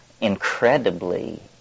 incredibly